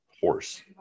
horse